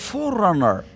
Forerunner